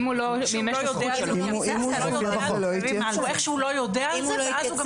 אני לא רוצה מצב שהוא לא יודע על זה ואז הוא גם